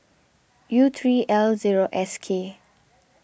U three L zero S K